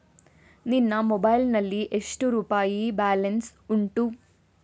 ನಿನ್ನ ಮೊಬೈಲ್ ನಲ್ಲಿ ಎಷ್ಟು ರುಪಾಯಿ ಬ್ಯಾಲೆನ್ಸ್ ಉಂಟು?